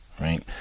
right